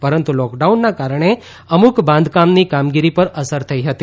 પરંતુ લોકડાઉનના કારણે અમુક બાંધકામની કામગીરી પર અસર થઇ હતી